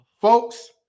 Folks